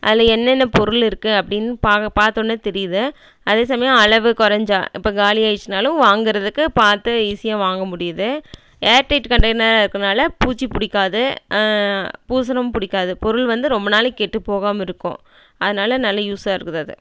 அதில் என்னென்ன பொருள் இருக்கு அப்படின்னு பா பார்த்த ஒன்னே தெரியுது அதே சமயயோ அளவு குறஞ்சா இப்போ காலி ஆயிடுச்சுனாலும் வாங்குறதுக்கு பார்த்து ஈஸியாக வாங்க முடியுது ஏர்டெயிட் கன்டெய்னர் இருக்குறதுனால பூச்சி பிடிக்காது பூசணம் பிடிக்காது பொருள் வந்து ரொம்ப நாளைக்கு கெட்டு போகாமல் இருக்கும் அதனால் நல்லா யூஸ்ஸாக இருக்குது அது